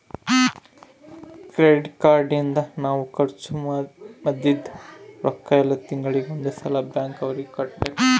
credit card ನಿಂದ ನಾವ್ ಖರ್ಚ ಮದಿದ್ದ್ ರೊಕ್ಕ ಯೆಲ್ಲ ತಿಂಗಳಿಗೆ ಒಂದ್ ಸಲ ಬ್ಯಾಂಕ್ ಅವರಿಗೆ ಕಟ್ಬೆಕು